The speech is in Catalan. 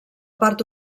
part